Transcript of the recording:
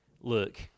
Look